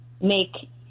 make